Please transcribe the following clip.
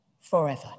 forever